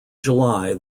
july